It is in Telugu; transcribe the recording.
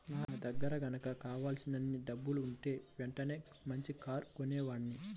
నా దగ్గర గనక కావలసినన్ని డబ్బులుంటే వెంటనే మంచి కారు కొనేవాడ్ని